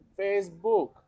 Facebook